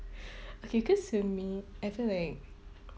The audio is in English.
okay cause with me I feel like